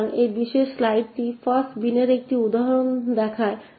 সুতরাং এই বিশেষ স্লাইডটি ফাস্ট বিনের একটি উদাহরণ দেখায়